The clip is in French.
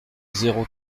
zéro